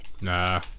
Nah